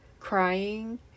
crying